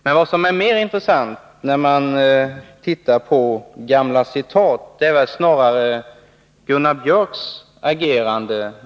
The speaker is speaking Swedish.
Men vad som är mer intressant när man tittar på gamla citat är väl Gunnar Björks agerande.